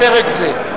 לפרק זה.